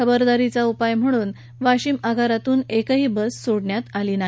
खबरदारीचा उपाय म्हणून वाशिम आगारातून एकही बस सोडण्यात आली नाही